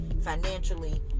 financially